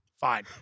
fine